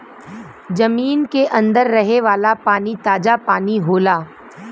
जमीन के अंदर रहे वाला पानी ताजा पानी होला